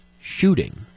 shooting